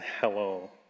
hello